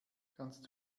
kannst